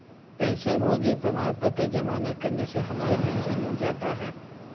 पेंशनभोगी प्रमाण पत्र जमा न करने से हमारा पेंशन रुक जाता है